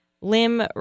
Lim